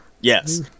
Yes